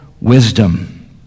wisdom